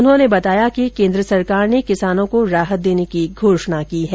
उन्होंने बताया कि केन्द्र सरकार ने किसानों को राहत देने की घोषणा की है